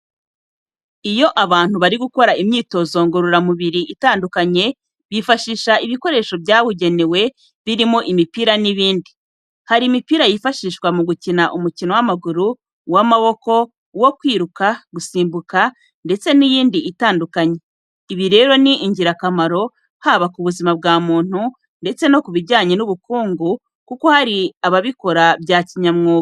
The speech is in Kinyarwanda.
Iyo abantu bari gukora imyitozo ngororamubiri itandukanye bifashisha ibikoresho byabugenewe birimo imipira n'ibindi. Harimo imipira yifashishwa mu gukina umukino w'amaguru, uw'amaboko, uwo kwiruka, gusimbuka ndetse n'iyindi itandukanye. Ibi rero ni ingirakamaro haba ku buzima bwa muntu ndetse no ku bijyanye n'ubukungu, kuko hari ababikora bya kinyamwuga.